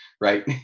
right